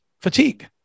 fatigue